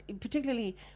particularly